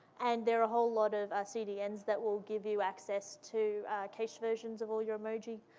and there are a whole lot of cdns that will give you access to cache versions of all your emoji.